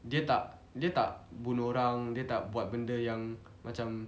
dia tak dia tak bunuh orang dia tak buat benda yang macam